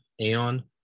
aeon